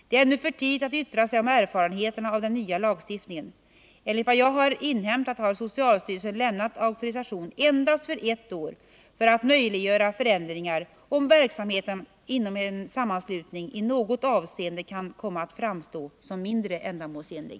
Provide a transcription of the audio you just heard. Det är ännu för tidigt att yttra sig om erfarenheterna av den nya lagstiftningen. Enligt vad jag har inhämtat har socialstyrelsen lämnat auktorisation endast för ett år för att möjliggöra förändringar om verksamheten inom en sammanslutning i något avseende kan komma att framstå som mindre ändamålsenlig.